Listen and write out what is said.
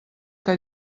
que